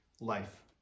life